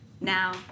now